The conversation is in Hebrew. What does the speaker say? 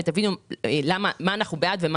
ותבינו בעד מה אנחנו ומה